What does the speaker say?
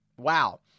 Wow